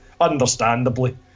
understandably